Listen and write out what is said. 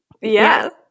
Yes